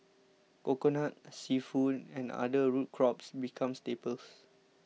Coconut Seafood and other root crops become staples